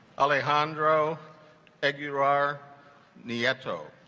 alejandro egg you are nieto